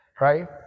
right